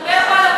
אתה מדבר פה על,